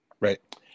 Right